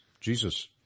Jesus